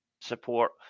support